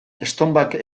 estonbak